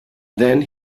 then